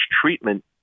treatment